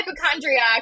hypochondriac